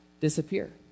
Disappear